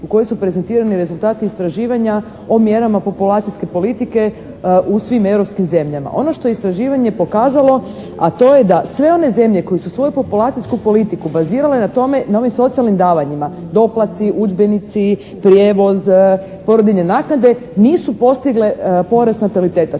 na kojoj su prezentirani rezultati istraživanja o mjerama populacijske politike u svim europskim zemljama. Ono što je istraživanje pokazalo, a to je da sve one zemlje koje su svoju populacijsku politiku bazirale na tome na ovim socijalnim davanjima, doplatci, udžbenici, prijevoz, porodiljne naknade, nisu postigle porast nataliteta.